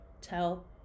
tell